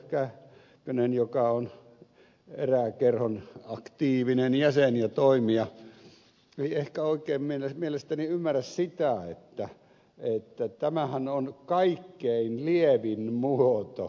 kähkönen joka on erään kerhon aktiivinen jäsen ja toimija ei ehkä oikein mielestäni ymmärrä sitä että tämähän on kaikkein lievin muoto suojella erään lähtijöitä